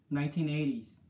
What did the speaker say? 1980s